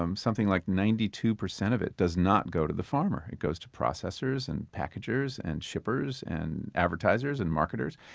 um like ninety two percent of it does not go to the farmer. it goes to processors, and packagers, and shippers, and advertisers and marketers.